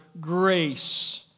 grace